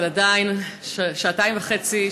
אבל עדיין שעתיים וחצי,